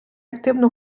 активну